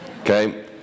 okay